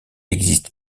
existe